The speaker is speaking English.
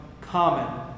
common